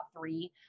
three